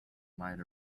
might